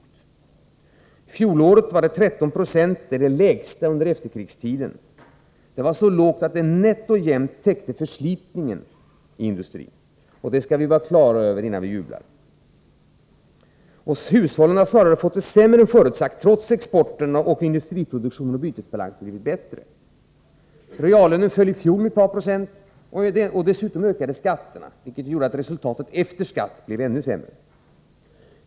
I fjol var investeringskvoten 13 96 — den lägsta under hela efterkrigstiden. Det täckte nätt och jämnt förslitningen i industrin. Detta skall vi vara klara över innan vi jublar. Dessutom har hushållen snarare fått det sämre än förutsagt, trots att export, industriproduktion och bytesbalans förbättrats. Reallönen föll i fjol med ett par procent, och dessutom ökade skatterna, vilket gjorde att resultatet efter skatt blev ännu sämre.